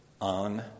on